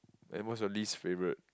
and what's your least favourite